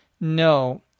No